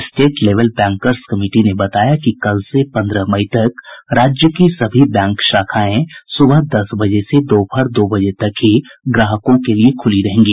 state level bankers committee ने बताया कि कल से पन्द्रह मई तक राज्य की सभी बैंक शाखाएं सुबह दस बजे से दोपहर दो बजे तक ही ग्राहकों के लिए खुली रहेंगी